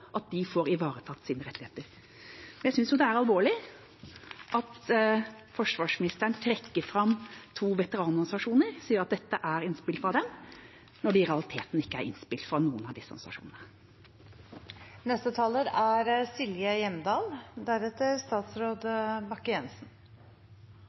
at de får ivaretatt sine rettigheter. Jeg synes det er alvorlig at forsvarsministeren trekker fram to veteranorganisasjoner og sier at dette er innspill fra dem, når det i realiteten ikke er innspill fra noen av disse organisasjonene. Litt heseblesende, men dette er